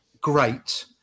great